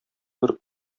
бер